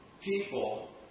people